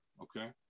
okay